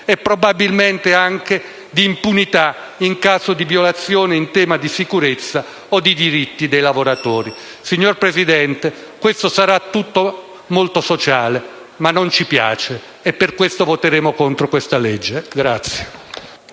e probabilmente anche dell'impunità in caso di violazioni in tema di sicurezza o dei diritti dei lavoratori. Signora Presidente, questo sarà tutto molto sociale, ma non ci piace e per questo voteremo contro il disegno di